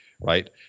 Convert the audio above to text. Right